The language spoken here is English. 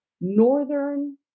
Northern